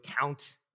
count